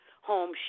home